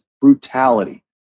brutality